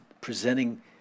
presenting